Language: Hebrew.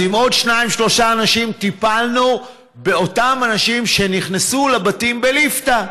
אז עם עוד שניים-שלושה אנשים טיפלנו באותם אנשים שנכנסנו לבתים בליפתא.